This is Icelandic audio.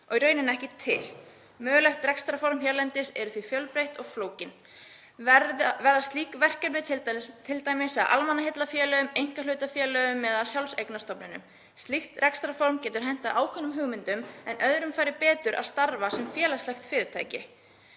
og í rauninni ekki til. Möguleg rekstrarform hérlendis eru því fjölbreytt og flókin og verða slík verkefni t.d. að almannaheillafélögum, einkahlutafélögum eða sjálfseignarstofnunum. Slíkt rekstrarform getur hentað ákveðnum hugmyndum en öðrum færi betur að starfa sem félagslegt fyrirtæki.